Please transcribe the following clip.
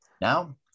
Now